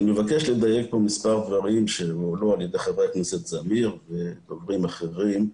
אני מבקש לדייק מספר דברים שהועלו על ידי חבר הכנסת זמיר ודוברים אחרים.